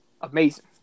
amazing